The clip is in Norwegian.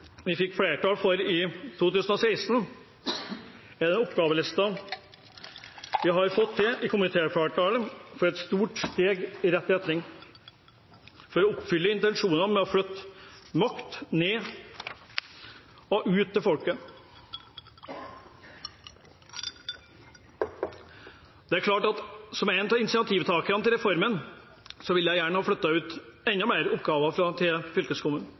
vi fikk flertall for i 2016, er den oppgavelisten vi nå har fått komitéflertall for, et stort steg i riktig retning for å oppfylle intensjonen om å flytte makt ned og ut til folket. Det er klart at som en av initiativtakerne til reformen ville jeg gjerne ha flyttet enda flere oppgaver til